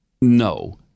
No